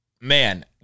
man